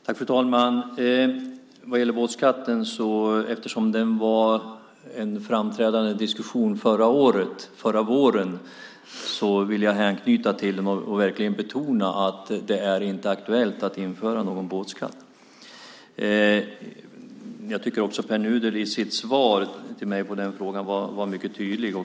Fru talman! Vad gäller båtskatten vill jag anknyta till diskussionen under förra våren och verkligen betona att det inte är aktuellt att införa någon båtskatt. Jag tycker också att Pär Nuder i sitt svar till mig på den frågan var mycket tydlig.